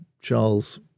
Charles